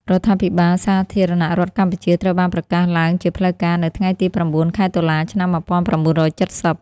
រដ្ឋាភិបាលសាធារណរដ្ឋកម្ពុជាត្រូវបានប្រកាសឡើងជាផ្លូវការ នៅថ្ងៃទី៩ ខែតុលា ឆ្នាំ១៩៧០។